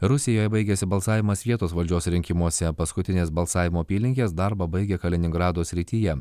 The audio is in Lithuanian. rusijoje baigėsi balsavimas vietos valdžios rinkimuose paskutinės balsavimo apylinkės darbą baigė kaliningrado srityje